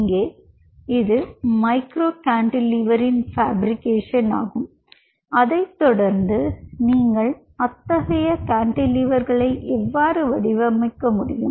இங்கே இது மைக்ரோ கான்டிலீவரின் ஃபேப்ரிகேஷன் ஆகும் அதைத் தொடர்ந்து நீங்கள் அத்தகைய கான்டிலீவர்களை எவ்வாறு வடிவமைக்க முடியும்